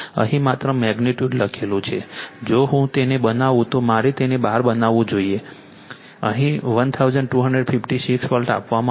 અહીં માત્ર મેગ્નિટ્યુડ લખેલું છે જો હું તેને બનાવું તો મારે તેને બાર બનાવવું જોઈએ અહીં 1256 વોલ્ટ લેવામાં આવ્યો છે